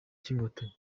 cy’inkotanyi